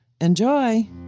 Enjoy